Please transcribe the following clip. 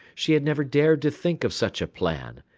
she had never dared to think of such a plan,